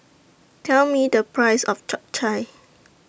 Tell Me The Price of Chap Chai